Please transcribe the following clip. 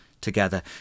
together